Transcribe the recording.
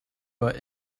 but